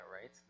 right